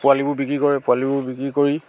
পোৱালিবোৰ বিক্ৰী কৰে পোৱালিবোৰ বিক্ৰী কৰি